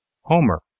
Homer